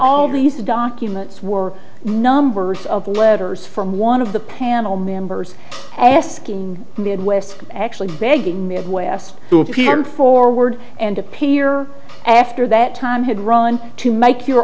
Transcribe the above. all these documents were numbers of letters from one of the panel members asking me at west actually begging me of west to a pm forward and appear after that time had run to make your